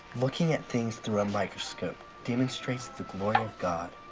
looking at things through a microscope demonstrates the glory of god.